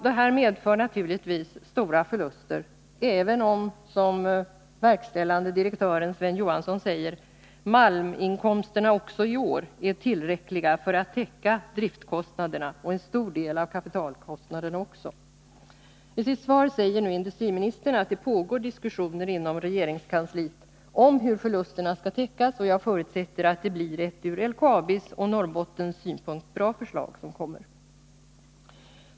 Detta medför naturligtvis stora förluster även om, som verkställande direktören Sven Johansson säger, malminkomsterna också i år är tillräckliga för att täcka driftkostnaderna och en stor del av kapitalkostnaderna. I sitt svar säger nu industriministern att det pågår diskussioner inom regeringskansliet om hur förlusterna skall täckas. Jag förutsätter att det blir ett ur LKAB:s och Norrbottens synpunkt bra förslag som kommer.